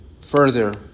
Further